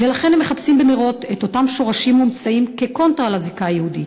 ולכן הם מחפשים בנרות את אותם שורשים מומצאים כקונטרה לזיקה היהודית.